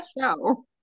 show